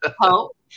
hope